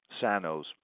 Sano's